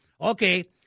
Okay